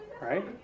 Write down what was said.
Right